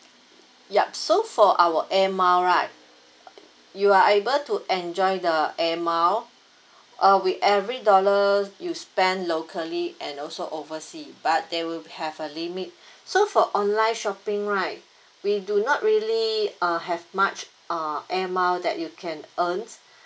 yup so for our Air Miles right you are able to enjoy the Air Miles uh with every dollars you spend locally and also oversea but they will have a limit so for online shopping right we do not really uh have much uh Air Miles that you can uh